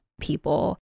people